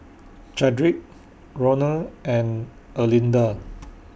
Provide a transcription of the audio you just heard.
Chadrick Ronal and Erlinda